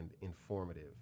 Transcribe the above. informative